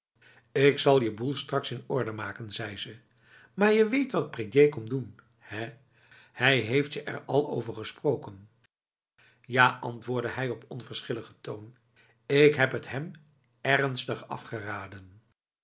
ik zal je boel straks in orde maken zei ze maar je weet wat prédier komt doen hè hij heeft je er al over gesproken ja antwoordde hij op onverschillige toon ik heb het hem ernstig afgeraden